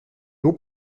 haut